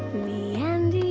me and you